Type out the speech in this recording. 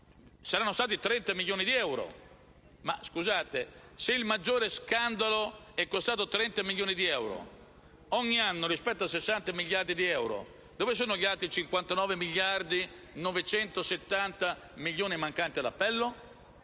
saranno stati 30 milioni di euro. Ma, scusate, se il maggiore scandalo è costato 30 milioni di euro, ogni anno, rispetto a 60 miliardi di euro, dove sono gli altri 59 miliardi e 970 milioni mancanti all'appello?